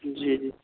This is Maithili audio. जी जी